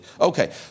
Okay